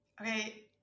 Okay